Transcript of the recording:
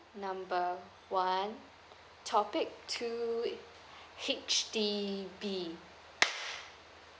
number one topic two H_D_B